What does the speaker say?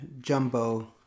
Jumbo